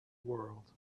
world